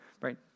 right